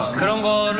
comeback.